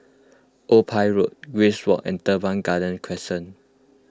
Old Pier Road Grace Walk and Teban Garden Crescent